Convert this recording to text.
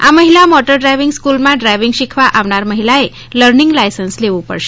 આ મહિલા motor driving સ્ફૂલમાં ડ્રાઇવિંગ શીખવા આવનાર મહિલાએ લર્નિંગ લાયસન્સ લેવું પડશે